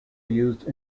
used